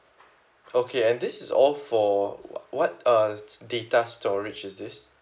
okay and this is all for what uh data storage is this